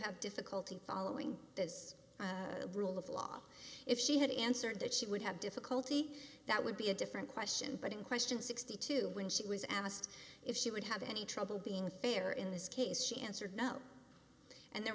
have difficulty following as a rule of law if she had answered that she would have difficulty that would be a different question but in question sixty two when she was asked if she would have any trouble being fair in this case she answered no and there